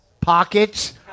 Pockets